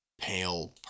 pale